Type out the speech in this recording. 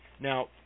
Now